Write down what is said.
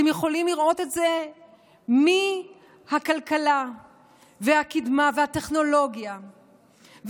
אתם יכולים לראות את זה מהכלכלה והקדמה והטכנולוגיה וההייטק,